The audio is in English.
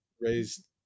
raised